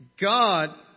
God